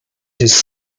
his